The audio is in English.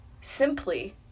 simply